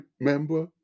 remember